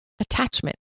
attachment